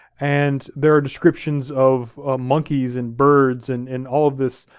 and there are descriptions of monkeys and birds and and all of this,